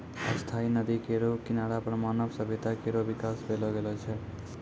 स्थायी नदी केरो किनारा पर मानव सभ्यता केरो बिकास पैलो गेलो छै